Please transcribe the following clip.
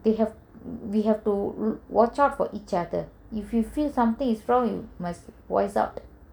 they have we have to watch out for each other if you feel something is wrong we need to watch out